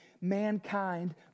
mankind